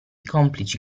complici